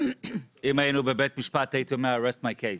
אם היינו בבית-משפט הייתי אומר: I rest my case,